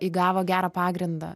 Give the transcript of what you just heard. įgavo gerą pagrindą